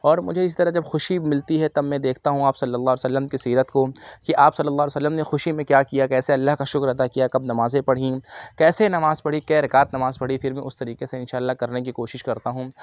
اور مجھے اِس طرح جب خوشی ملتی ہے تب میں دیکھتا ہوں آپ صلی اللہ علیہ وسلم کے سیرت کو کہ آپ صلی اللہ علیہ وسلم نے خوشی میں کیا کیا کیسے اللہ کا شُکر ادا کیا کب نمازیں پڑھیں کیسے نماز پڑھی کیے رکعت نماز پڑھی پھر میں اُس طریقے سے اِنشا اللہ کرنے کی کوشش کرتا ہوں